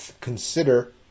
consider